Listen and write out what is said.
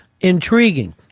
intriguing